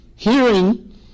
hearing